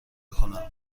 کنم